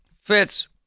Fitz